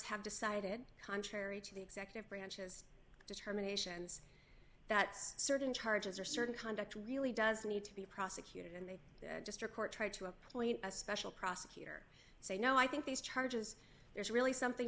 have decided contrary to the executive branches determinations that certain charges are certain conduct really does need to be prosecuted in the district court tried to appoint a special prosecutor say no i think these charges there's really something